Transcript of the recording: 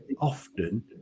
often